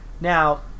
Now